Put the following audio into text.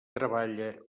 treballa